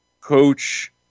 coach